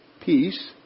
peace